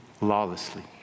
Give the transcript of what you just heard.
lawlessly